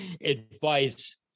advice